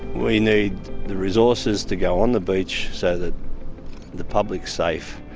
we need the resources to go on the beach so that the public's safe,